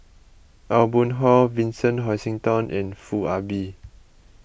Aw Boon Haw Vincent Hoisington and Foo Ah Bee